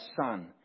son